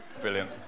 brilliant